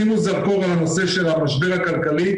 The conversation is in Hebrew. שימו זרקור על הנושא של המשבר הכלכלי,